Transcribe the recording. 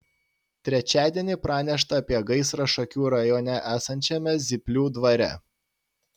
trečiadienį pranešta apie gaisrą šakių rajone esančiame zyplių dvare